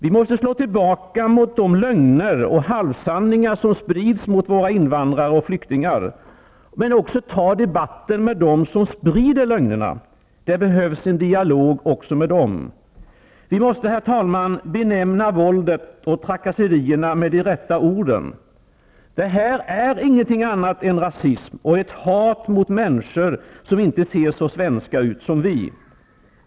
Vi måste slå tillbaka mot de lögner och halvsanningar som sprids mot invandrare och flyktingar, men också ta debatten med dem som sprider lögnerna. Det behövs en dialog också med dem. Vi måste benämna våldet och trakasserierna med de rätta orden: det är inget annat än rasism och ett hat mot människor, som inte ser så svenska ut som vi.